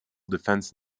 defense